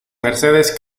mercedes